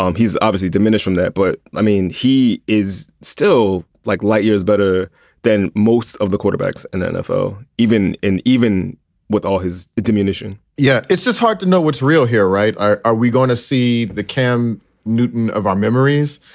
um he's obviously diminish from that. but i mean, he is still like light years better than most of the quarterbacks in nfl even and even with all his ammunition yeah, it's just hard to know what's real here. right. are we going to see the cam newton of our memories?